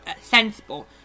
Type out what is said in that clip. Sensible